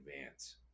advance